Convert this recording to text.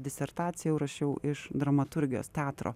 disertaciją jau rašiau iš dramaturgijos teatro